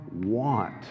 want